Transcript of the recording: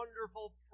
wonderful